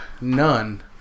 none